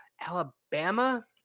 Alabama